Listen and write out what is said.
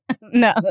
No